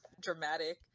dramatic